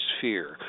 fear